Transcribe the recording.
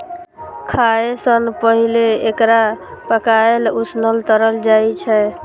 खाय सं पहिने एकरा पकाएल, उसनल, तरल जाइ छै